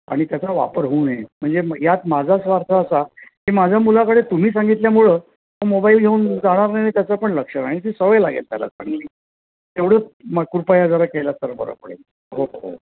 आणि त्याचा वापर होऊ नये म्हणजे यात माझा स्वार्थ असा की माझ्या मुलाकडे तुम्ही सांगितल्यामुळं तो मोबाईल घेऊन जाणार नाही आणि त्याचं पण लक्ष राहील आणि ती सवय लागेल त्याला चांगली तेवढंच मग कृपया जरा केलंत तर बरं पडेल हो हो